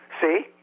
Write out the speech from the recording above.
See